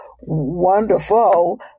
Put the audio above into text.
wonderful